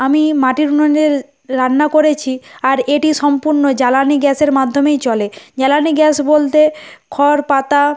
আমি মাটির উনুনে রান্না করেছি আর এটি সম্পূর্ণ জ্বালানি গ্যাসের মাধ্যমেই চলে জ্বালানি গ্যাস বলতে খড় পাতা